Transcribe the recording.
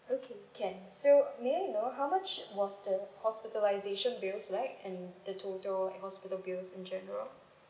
okay can so may I know how much was the hospitalisation bills like and the total hospital bills in general